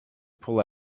pull